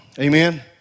Amen